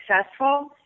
successful